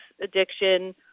addiction